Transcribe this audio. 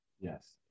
Yes